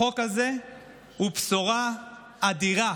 החוק הזה הוא בשורה אדירה